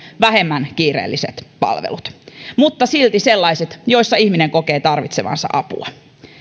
vähemmän kiireelliset palvelut mutta silti sellaiset joissa ihminen kokee tarvitsevansa apua